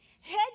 head